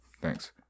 Thanks